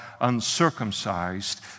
uncircumcised